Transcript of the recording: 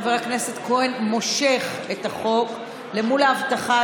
חבר הכנסת כהן מושך את החוק למול ההבטחה